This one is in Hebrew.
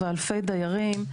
ואלפי דיירים.